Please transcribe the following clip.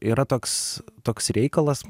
yra toks toks reikalas